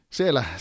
Siellä